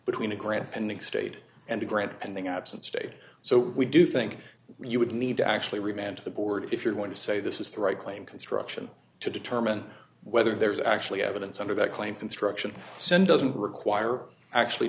between a grant pending state and a grant pending absence state so we do think you would need to actually remand to the board if you're going to say this is the right claim construction to determine whether there is actually evidence under that claim construction send doesn't require actually